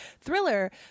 thriller